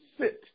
sit